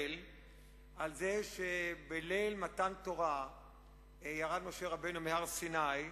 על כך שבליל מתן תורה ירד משה רבנו מהר-סיני,